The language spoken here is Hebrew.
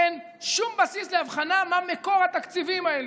אין שום בסיס להבחנה מה מקור התקציבים האלה.